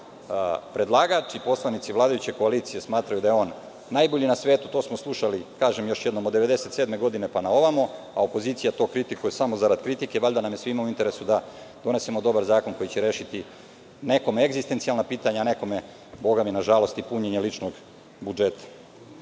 predlagač i poslanici vladajuće koalicije smatraju da je on najbolji na svetu. To smo slušali, kažem, još jednom od 1997. godine, pa na ovamo. Opozicija to kritikuje samo zarad kritike. Valjda nam je svima u interesu da donesemo dobar zakon koji će rešiti nekom egzistencijalno pitanje, a nekome bogami, nažalost, i punjenje ličnog budžeta. Hajde